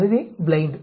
அதுவே ப்ளைன்ட்